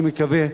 אני מקווה,